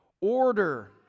Order